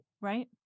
Right